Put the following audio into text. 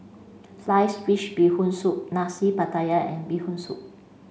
Sliced Fish Bee Hoon Soup Nasi Pattaya and Bee Hoon Soup